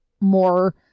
more